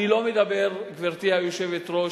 גברתי היושבת-ראש,